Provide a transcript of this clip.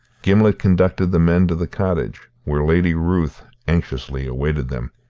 gimblet conducted the men to the cottage, where lady ruth anxiously awaited them.